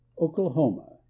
Oklahoma